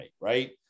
Right